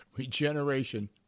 regeneration